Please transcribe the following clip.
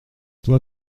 toi